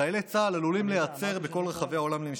חיילי צה"ל עלולים להיעצר בכל רחבי העולם למשפט,